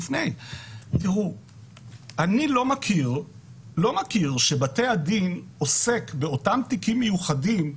אני לא מכיר שבתי הדין עוסקים באותם תיקים מיוחדים,